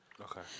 Okay